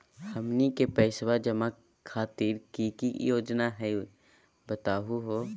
हमनी के पैसवा जमा खातीर की की योजना हई बतहु हो?